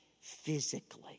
physically